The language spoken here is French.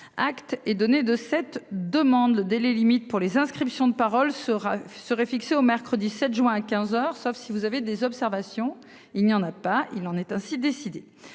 Acte est donné de cette demande. Le délai limite pour les inscriptions de parole sera serait fixée au mercredi 7 juin à 15h, sauf si vous avez des observations. Il n'y en a pas, il en est ainsi décidé